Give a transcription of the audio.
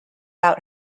out